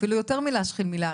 אפילו יותר מלהשחיל מילה.